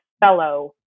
fellow